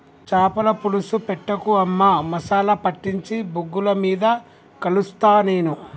చాపల పులుసు పెట్టకు అమ్మా మసాలా పట్టించి బొగ్గుల మీద కలుస్తా నేను